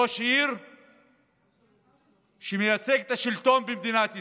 ראש עיר שמייצג את השלטון במדינת ישראל.